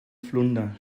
flunder